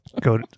go